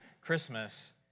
Christmas